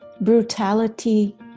brutality